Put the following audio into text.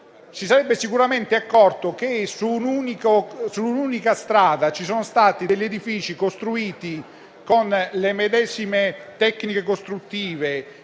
si è sicuramente accorto che su un'unica strada ci sono degli edifici costruiti con le medesime tecniche costruttive